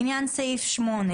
לעניין סעיף 8,